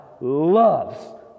loves